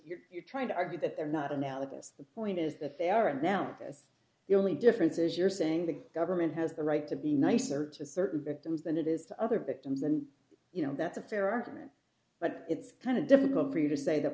mean you're trying to argue that they're not analogous the point is that they are right now as the only difference is you're saying the government has the right to be nicer to certain victims than it is to other victims and you know that's a fair argument but it's kind of difficult for you to say the